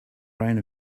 reign